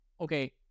okay